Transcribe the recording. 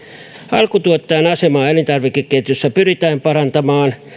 alkutuottajan asemaa elintarvikeketjussa pyritään parantamaan